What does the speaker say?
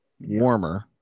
warmer